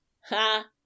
Ha